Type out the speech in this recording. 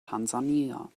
tansania